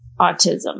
autism